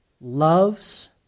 loves